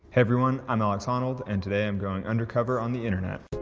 hey everyone, i'm alex honnold and today i'm going undercover on the internet.